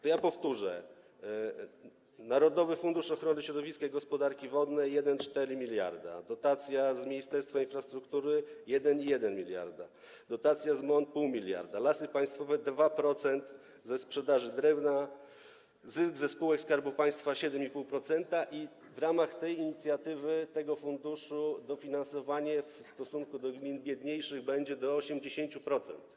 To ja powtórzę: Narodowy Fundusz Ochrony Środowiska i Gospodarki Wodnej - 1,4 mld, dotacja z Ministerstwa Infrastruktury - 1,1 mld, dotacja z MON - 0,5 mld, Lasy Państwowe - 2% ze sprzedaży drewna, zysk ze spółek Skarbu Państwa - 7,5%, i w ramach tej inicjatywy, tego funduszu, dofinansowanie w stosunku do gmin biedniejszych będzie wynosić do 80%.